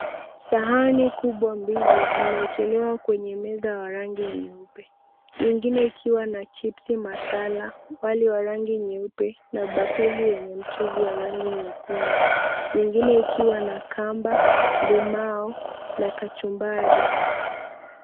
Sahani kubwa mbili zimeekelewa kwenye meza ya rangi nyeupe. Nyingine ikiwa na chipsi masala, wali wa rangi nyeupe na bakuli yenye mchuzi wa rangi nyekundu. Nyingine ikiwa na kamba, limau na kachumbari.